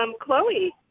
Chloe